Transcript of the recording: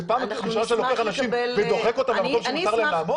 זאת פעם ראשונה שאני לוקח אנשים ודוחק אותם למקום שם מותר להם לעמוד?